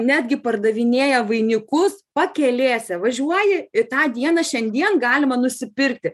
netgi pardavinėja vainikus pakelėse važiuoji ir tą dieną šiandien galima nusipirkti